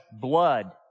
blood